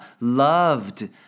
loved